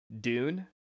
dune